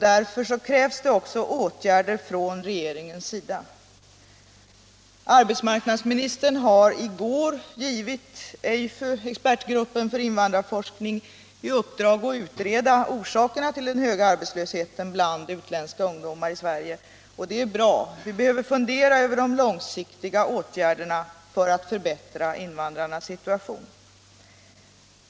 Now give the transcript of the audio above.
Därför krävs det också åtgärder från regeringens sida. Arbetsmarknadsministern har i går givit EIFU, expertgruppen för invandrarforskning, i uppdrag att utreda orsakerna till den höga arbetslösheten bland utländska ungdomar i Sverige. Det är bra. Vi behöver fundera över långsiktiga åtgärder för att förbättra invandrarungdomarnas situation.